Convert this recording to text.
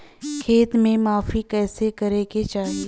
खेत के माफ़ी कईसे करें के चाही?